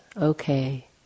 okay